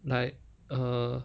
like err